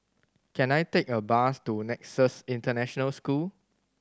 can I take a bus to Nexus International School